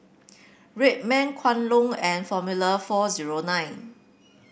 Red Man Kwan Loong and Formula four zero nine